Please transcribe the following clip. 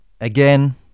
again